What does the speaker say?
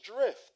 drift